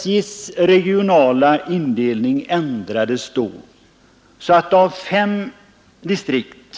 SJ:s regionala indelning ändrades då så att det av fem distrikt